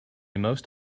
most